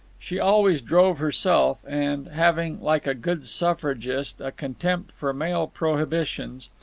she always drove herself and, having, like a good suffragist, a contempt for male prohibitions,